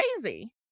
crazy